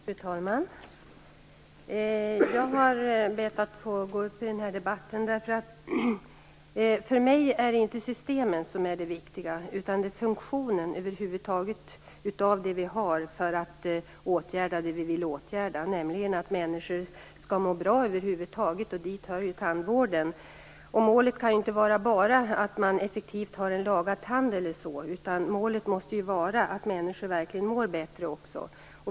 Fru talman! Jag har bett att få gå upp i den här debatten därför att för mig är det inte systemen som är det viktiga utan funktionen över huvud taget av det vi har för att åtgärda det vi vill åtgärda, nämligen att människor skall må bra. Dit hör tandvården. Målet kan inte bara vara att man effektivt får en tand lagad eller så, utan målet måste vara att se till att människor verkligen mår bättre.